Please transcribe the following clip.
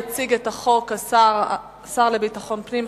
יציג את הצעת החוק השר לביטחון פנים,